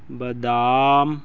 ਬਦਾਮ